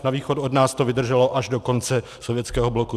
Na východ od nás to vydrželo až do konce sovětského bloku.